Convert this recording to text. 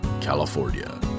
California